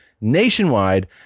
nationwide